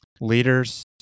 leaders